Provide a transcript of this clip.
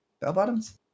Bell-bottoms